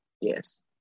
yes